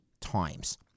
times